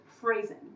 phrasing